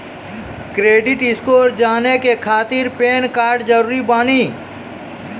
Credit score जाने के खातिर पैन कार्ड जरूरी बानी?